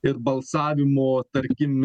ir balsavimo tarkim